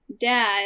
dad